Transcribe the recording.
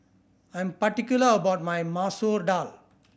I'm particular about my Masoor Dal